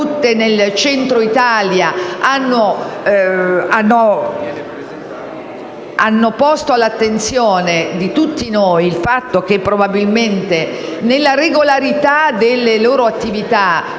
tutte nel Centro Italia, hanno posto all'attenzione di tutti noi il fatto che, probabilmente, nella regolarità delle loro attività,